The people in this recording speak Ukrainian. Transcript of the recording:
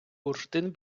бурштин